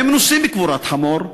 והם מנוסים בקבורת חמור,